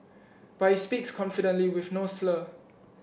but he speaks confidently with no slur